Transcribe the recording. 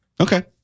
okay